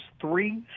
three